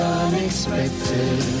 unexpected